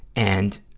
and,